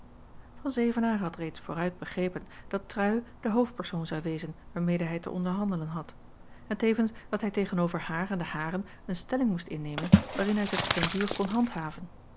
van zevenaer had reeds vooruit begrepen dat trui de hoofdpersoon zou wezen waarmede hij te onderhandelen had en tevens dat hij tegen-over haar en de haren een stelling moest innemen waarin hij zich op den duur kon handhaven